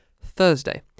Thursday